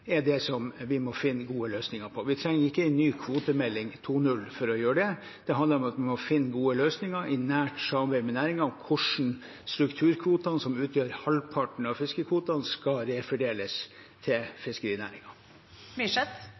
Det er det vi må finne gode løsninger på. Vi trenger ikke en kvotemelding 2.0 for å gjøre det. Det handler om at man må finne gode løsninger i nært samarbeid med næringen om hvordan strukturkvotene, som utgjør halvparten av fiskekvotene, skal refordeles til